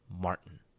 martin